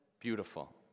beautiful